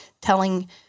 telling